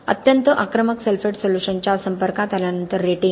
अत्यंत आक्रमक सल्फेट सोल्यूशनच्या संपर्कात आल्यानंतर रेटिंग